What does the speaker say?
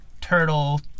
Turtle